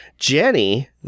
Jenny